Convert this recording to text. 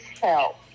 help